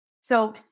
So-